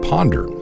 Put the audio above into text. Ponder